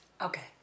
Okay